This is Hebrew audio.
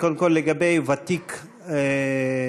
קודם כול לגבי "ותיק ומנוסה",